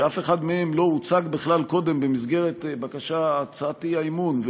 שאף אחד מהם לא הוצג בכלל קודם במסגרת הצעת האי-אמון,